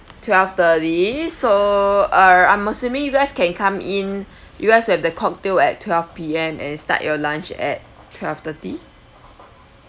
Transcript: twelve thirty so uh I'm assuming you guys can come in you guys have the cocktail at twelve P_M and start your lunch at twelve thirty